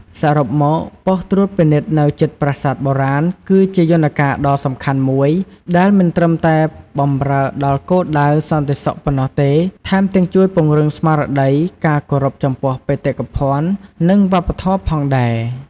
សរុបមក បុស្តិ៍ត្រួតពិនិត្យនៅជិតប្រាសាទបុរាណ គឺជាយន្តការដ៏សំខាន់មួយដែលមិនត្រឹមតែបម្រើដល់គោលដៅសន្តិសុខប៉ុណ្ណោះទេ ថែមទាំងជួយពង្រឹងស្មារតី ការគោរពចំពោះបេតិកភណ្ឌ និងវប្បធម៌ ផងដែរ។